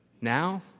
Now